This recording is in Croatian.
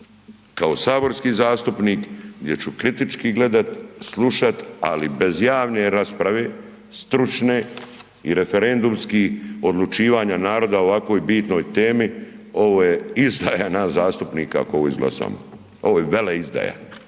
kao saborski zastupnik gdje ću kritički gledat, slušat, ali bez javne rasprave stručne i referendumskih odlučivanja naroda o ovakvoj bitnoj temi ovo je izdaja nas zastupnika ako ovo izglasamo, ovo je veleizdaja,